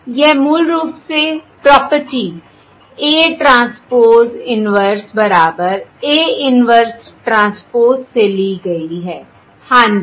यह मूल रूप से प्रॉपर्टी A ट्रांसपोज़ इन्वर्स बराबर A इन्वर्स ट्रांसपोज़ से ली गई है हाँ जी